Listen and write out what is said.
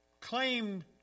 claim